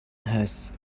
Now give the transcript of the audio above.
has